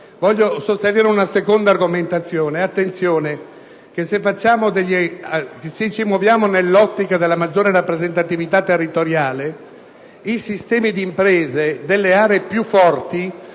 Voglio sostenere una seconda argomentazione. Attenzione, se ci muoviamo nell'ottica della maggiore rappresentatività territoriale i sistemi di imprese delle aree più forti